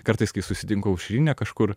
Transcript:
kartais kai susitinku aušrinę kažkur